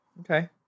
Okay